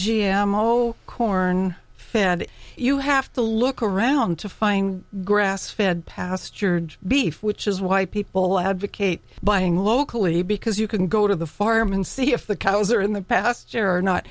g m o corn fed you have to look around to find grass fed pastured beef which is why people advocate buying locally because you can go to the farm and see if the cows are in the pasture or not